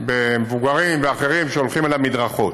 במבוגרים ואחרים שהולכים על המדרכות.